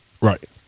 Right